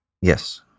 Yes